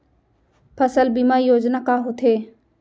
फसल बीमा योजना का होथे?